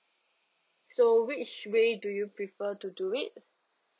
so which way do you prefer to do it